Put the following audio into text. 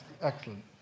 Excellent